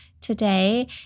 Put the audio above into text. today